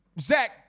Zach